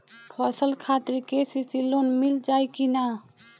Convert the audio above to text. फसल खातिर के.सी.सी लोना मील जाई किना?